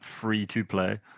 free-to-play